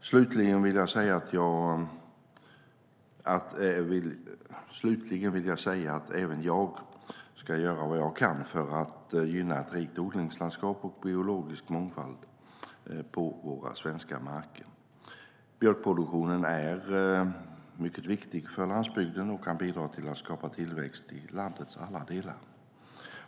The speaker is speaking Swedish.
Slutligen vill jag säga att även jag ska göra vad jag kan för att gynna ett rikt odlingslandskap och biologisk mångfald på våra svenska marker. Mjölkproduktionen är mycket viktig för landsbygden och kan bidra till att skapa tillväxt i landets alla delar.